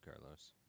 Carlos